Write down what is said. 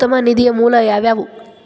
ಉತ್ತಮ ನಿಧಿಯ ಮೂಲ ಯಾವವ್ಯಾವು?